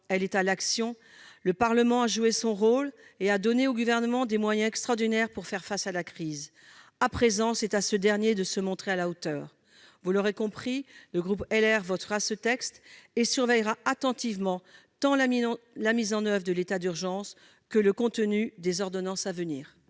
elle est à l'action ! Le Parlement a joué son rôle et a donné au Gouvernement des moyens extraordinaires pour faire face à la crise. À présent, c'est à ce dernier de se montrer à la hauteur. Vous l'aurez compris, le groupe Les Républicains votera ce texte et surveillera attentivement tant la mise en oeuvre de l'état d'urgence que le contenu des ordonnances à venir.